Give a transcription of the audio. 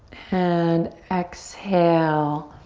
and exhale.